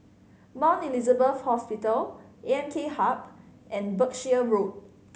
Mount Elizabeth Hospital A M K Hub and Berkshire Road